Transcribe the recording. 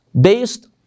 based